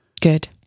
good